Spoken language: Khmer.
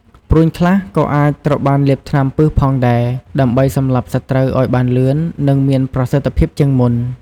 ព្រួញខ្លះក៏អាចត្រូវបានលាបថ្នាំពិសផងដែរ ដើម្បីសម្លាប់សត្រូវឱ្យបានលឿន និងមានប្រសិទ្ធភាពជាងមុន។